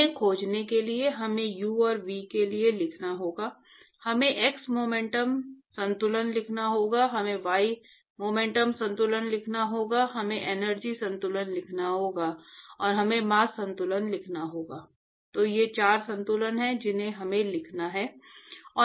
उन्हें खोजने के लिए हमें u और v के लिए लिखना होगा हमें x मोमेंटम संतुलन लिखना होगा हमें y मोमेंटम संतुलन लिखना होगा हमें एनर्जी संतुलन लिखना होगा और हमें मास्स संतुलन लिखना होगा तो ये चार संतुलन हैं जिन्हें हमें लिखना है